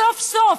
סוף-סוף,